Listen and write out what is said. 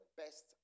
best